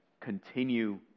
continue